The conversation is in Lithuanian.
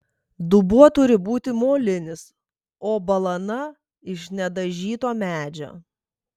dubuo turi būti molinis o balana iš nedažyto medžio